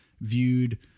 viewed